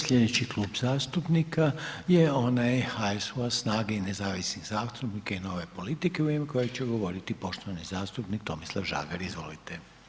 Slijedeći Klub zastupnika je onaj HSU-a, SNAGA-e i Nezavisnih zastupnika i nove politike u ime kojeg će govoriti poštovani zastupnik Tomislav Žagar, izvolite.